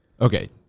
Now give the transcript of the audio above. Okay